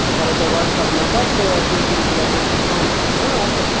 بہٕ کَر تۄہہِ وَٹساپ نمبر تہٕ تُہۍ کٔرِیو جِناب تٔمِس سۭتۍ پانہٕ تہِ کَتھ اَصٕل